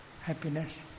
happiness